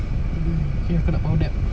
K bye okay aku nak power nap